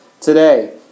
Today